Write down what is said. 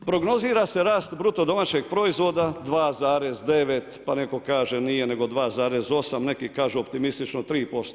Prognozira se rast BDP-a 2,9, pa neko kaže nije nego 2,8, neki kažu optimistično 3%